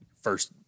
first